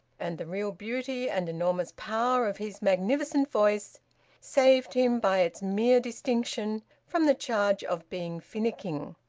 and the real beauty and enormous power of his magnificent voice saved him by its mere distinction from the charge of being finicking.